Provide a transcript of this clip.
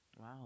wow